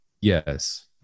Yes